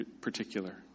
particular